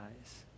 eyes